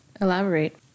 elaborate